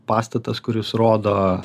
pastatas kuris rodo